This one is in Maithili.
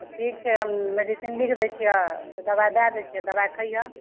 तऽ ठीक छै हम मेडिसिन लिखि दै छिअऽ तऽ दवाइ दए दै छिए दवाइ खइहऽ